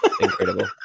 incredible